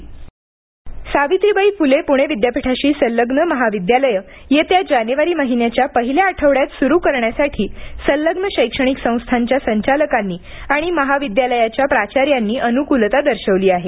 महाविद्यालये सावित्रीबाई फुले पुणे विद्यापीठाशी संलग्न महाविद्यालयं येत्या जानेवारी महिन्याच्या पहिल्या आठवड्यात सुरू करण्यासाठी संलग्न शैक्षणिक संस्थांच्या संचालकांनी आणि महाविद्यालयांच्या प्राचार्यांनी अनुकुलता दर्शवली आहे